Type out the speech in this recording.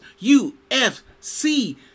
UFC